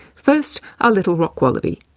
first, our little rock-wallaby.